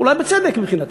אולי בצדק, מבחינתם,